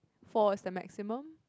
four is the maximum